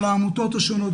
של העמותות השונות,